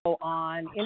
on